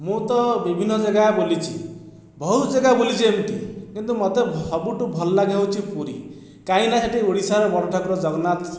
ମୁଁ ତ ବିଭିନ୍ନ ଜାଗା ବୁଲିଛି ବହୁତ ଜାଗା ବୁଲିଛି ଏମିତି କିନ୍ତୁ ମୋତେ ସବୁଠୁ ଭଲଲାଗେ ହେଉଛି ପୁରୀ କାହିଁକିନା ସେଠି ଓଡ଼ିଶାର ବଡ଼ ଠାକୁର ଜଗନ୍ନାଥ